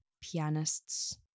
pianists